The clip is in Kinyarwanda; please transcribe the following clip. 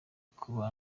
kuba